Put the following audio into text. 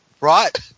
right